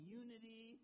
unity